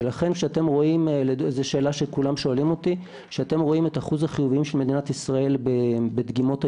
ולכן כשאתם רואים את אחוז החיוביים של מדינת ישראל בדגימות היומיות,